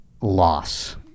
loss